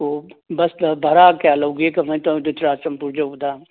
ꯑꯣ ꯕꯁꯇ ꯚꯥꯔꯥ ꯀꯌꯥ ꯂꯧꯒꯦ ꯀꯃꯥꯏ ꯇꯧꯕ ꯑꯗꯨ ꯆꯨꯔꯆꯥꯟꯄꯨꯔ ꯌꯧꯕꯗ